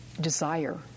desire